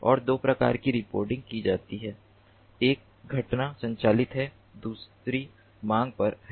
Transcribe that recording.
और दो प्रकार की रिपोर्टिंग की जाती है एक घटना संचालित है दूसरी मांग पर है